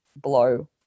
blow